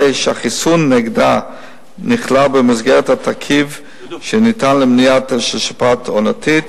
הרי שהחיסון נגדה נכלל במסגרת התרכיב שניתן למניעה של שפעת עונתית,